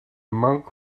monk